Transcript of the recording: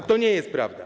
A to nie jest prawda.